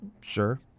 Sure